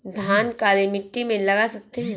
धान काली मिट्टी में लगा सकते हैं?